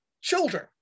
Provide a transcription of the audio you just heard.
children